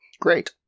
Great